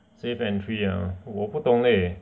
safe entry ah 我不懂 leh